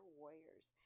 warriors